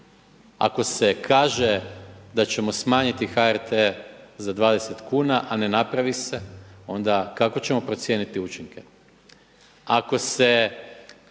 Ako se kaže da ćemo smanjiti HRT za 20 kuna a ne napravi se onda kako ćemo procijeniti učinke?